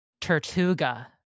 Tortuga